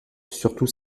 surtout